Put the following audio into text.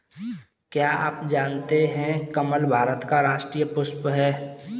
क्या आप जानते है कमल भारत का राष्ट्रीय पुष्प है?